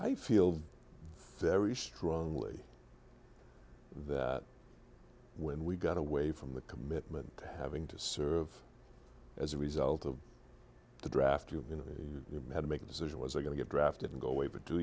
i feel very strongly that when we got away from the commitment to having to serve as a result of the draft you had to make a decision was i going to get drafted and go away for two